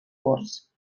corts